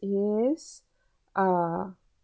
is uh